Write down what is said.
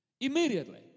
Immediately